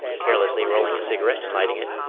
carelessly rolling a cigarette and lighting it,